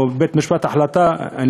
או החלטה של בית-משפט,